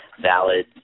valid